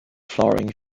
flowering